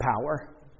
power